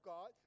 God